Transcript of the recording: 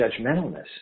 judgmentalness